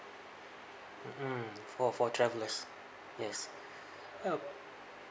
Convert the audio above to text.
mm for for travellers yes uh